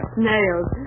snails